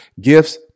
gifts